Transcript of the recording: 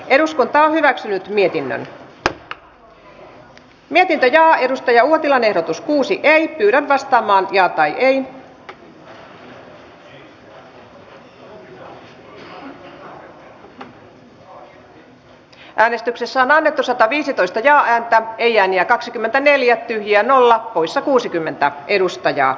eduskunta edellyttää että hallitus antaa eduskunnalle kattavan selvityksen terrafame oyn toiminnasta ja tulevaisuuden näkymistä sekä ryhtyy tarvittaviin toimenpiteisiin mikäli kaivostoiminnan harjoittaminen osoittautuu pitkällä aikavälillä kannattamattomaksi